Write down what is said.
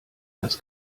das